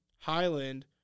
Highland